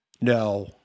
No